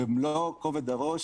במלוא כובד הראש,